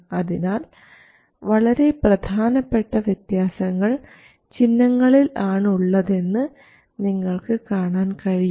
അതിനാൽ വളരെ പ്രധാനപ്പെട്ട വ്യത്യാസങ്ങൾ ചിഹ്നങ്ങളിൽ ആണ് ഉള്ളതെന്ന് നിങ്ങൾക്ക് കാണാൻ കഴിയും